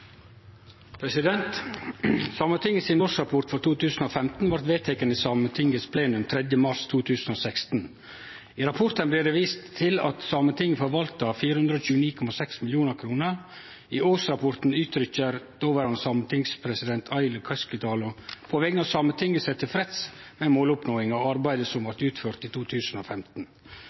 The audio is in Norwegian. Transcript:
for 2015 blei vedteken av Sametingets plenum 3. mars 2016. I rapporten blir det vist til at Sametinget forvalta 429,6 mill. kr. I årsrapporten seier dåverande sametingspresident, Aili Keskitalo, på vegner av Sametinget seg tilfreds med måloppnåinga og arbeidet som blei utført i 2015.